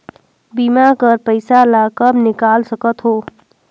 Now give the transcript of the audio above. बीमा कर पइसा ला कब निकाल सकत हो?